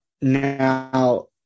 Now